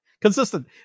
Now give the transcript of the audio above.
Consistent